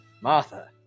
Martha